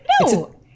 No